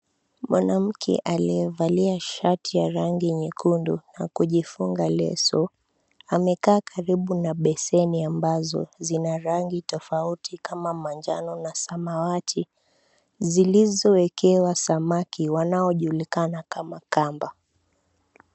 Mwanamke aliyevalia shati ya rangi nyekundu na kujifunga leso, amekaa karibu na beseni ambazo zina rangi tofauti kama manjano na samawati zilizoekewa samaki wanaojulikana kama kamba.